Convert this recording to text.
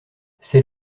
c’est